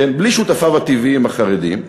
כן, בלי שותפיו הטבעיים, החרדים,